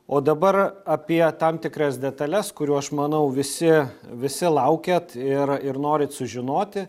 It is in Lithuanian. o dabar apie tam tikras detales kurių aš manau visi visi laukiat ir ir norit sužinoti